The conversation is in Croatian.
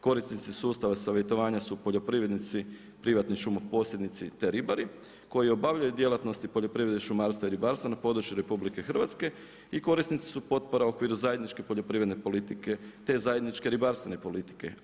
Korisnici sustava savjetovanja su poljoprivrednici, privatni šumoposrednici te ribare koji obavljaju djelatnosti poljoprivrede šumarstva i ribarstva na području RH i korisnici su potpora u okviru zajedničke poljoprivredne politike, te zajedničke ribarstvena politike.